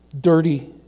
dirty